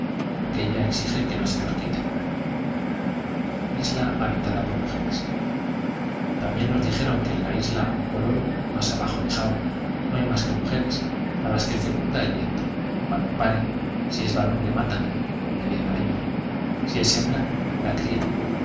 aquélla exige que no se los quiten isla habitada por mujeres también nos dijeron que en la isla ocoloro más abajo de java no hay mas que mujeres a las que fecunda el viento cuando paren si es varón le matan inmediatamente si es hembra la crían